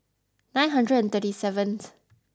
nine hundred and thirty seventh